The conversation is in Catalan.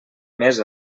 més